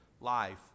life